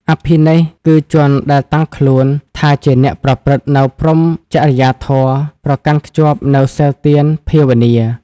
អភិនេស្ក្រម៍ គឺជនដែលតាំងខ្លួនថាជាអ្នកប្រព្រឹត្តនូវព្រហ្មចរិយាធម៌ ប្រកាន់ខ្ជាប់នូវសីលទាន ភាវនា ។